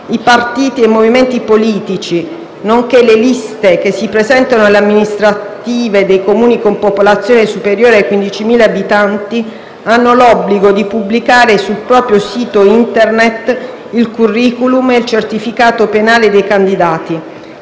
i partiti e i movimenti politici, nonché le liste che si presentano alle amministrative dei Comuni con popolazione superiore ai 15.000 abitanti, hanno l'obbligo di pubblicare sul proprio sito Internet il *curriculum* e il certificato penale dei candidati.